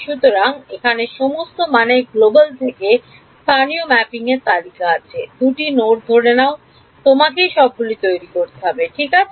সুতরাং এখানে সমস্ত মানের গ্লোবাল থেকে স্থানীয় ম্যাপিং এর তালিকা আছে দুটো নোড ধার তোমাকেই সবগুলো তৈরি করতে হবে ঠিক আছে